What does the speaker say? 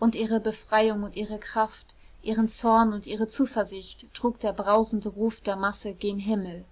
und ihre befreiung und ihre kraft ihren zorn und ihre zuversicht trug der brausende ruf der masse gen himmel